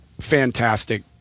fantastic